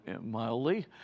mildly